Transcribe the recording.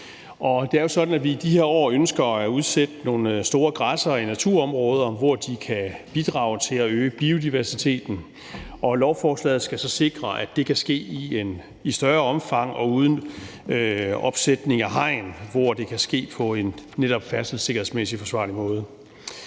Det er jo sådan, at vi i de her år ønsker at udsætte nogle store græssere i naturområder, hvor de kan bidrage til at øge biodiversiteten, og lovforslaget skal så sikre, at det kan ske i større omfang og uden opsætning af hegn der, hvor det kan ske på en netop færdselssikkerhedsmæssigt forsvarlig måde.